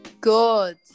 Good